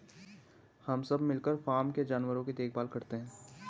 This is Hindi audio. हम सब मिलकर फॉर्म के जानवरों की देखभाल करते हैं